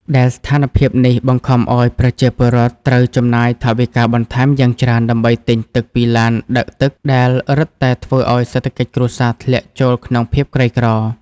ដែលស្ថានភាពនេះបង្ខំឱ្យប្រជាពលរដ្ឋត្រូវចំណាយថវិកាបន្ថែមយ៉ាងច្រើនដើម្បីទិញទឹកពីឡានដឹកទឹក ដែលរឹតតែធ្វើឱ្យសេដ្ឋកិច្ចគ្រួសារធ្លាក់ចូលក្នុងភាពក្រីក្រ។